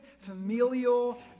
familial